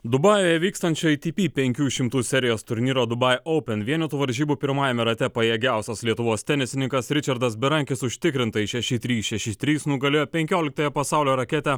dubajuje vykstančioj tipi penkių šimtų serijos turnyro dubai open vienetų varžybų pirmajame rate pajėgiausias lietuvos tenisininkas ričardas berankis užtikrintai šeši trys šeši trys nugalėjo penkioliktąją pasaulio raketę